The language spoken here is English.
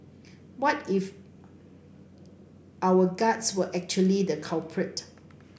what if our guts were actually the culprit